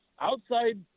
outside